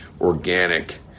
organic